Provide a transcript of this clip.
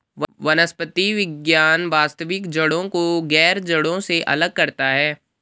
वनस्पति विज्ञान वास्तविक जड़ों को गैर जड़ों से अलग करता है